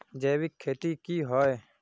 जैविक खेती की होय?